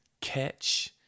catch